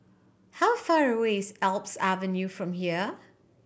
how far away is Alps Avenue from here